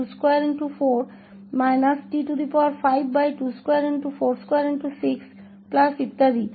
तो हमें क्या मिल रहा है t2t3224 t522426 इत्यादि